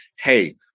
hey